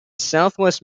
southwest